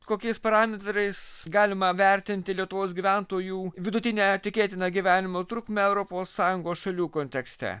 kokiais parametrais galima vertinti lietuvos gyventojų vidutinę tikėtiną gyvenimo trukmę europos sąjungos šalių kontekste